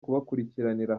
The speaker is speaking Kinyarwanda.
kubakurikiranira